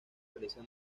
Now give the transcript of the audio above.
realiza